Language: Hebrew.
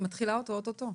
מתחילה את הקורס אוטוטו?